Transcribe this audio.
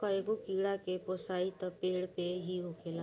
कईगो कीड़ा के पोसाई त पेड़ पे ही होखेला